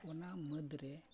ᱚᱱᱟ ᱢᱩᱫᱽ ᱨᱮ